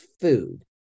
food